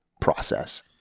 process